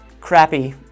crappy